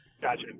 Gotcha